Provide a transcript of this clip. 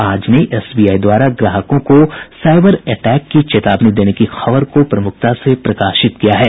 आज ने एसबीआई द्वारा ग्राहकों को साईबर अटैक की चेतावनी देने की खबर को प्रमुखता से प्रकाशित किया है